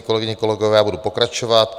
Kolegyně, kolegové, budu pokračovat.